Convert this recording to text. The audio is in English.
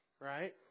right